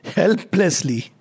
helplessly